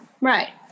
right